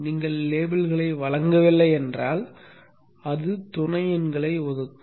நீங்கள் லேபிள்களை வழங்கவில்லை என்றால் அது துணை எண்களை ஒதுக்கும்